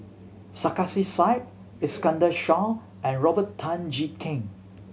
Sarkasi Said Iskandar Shah and Robert Tan Jee Keng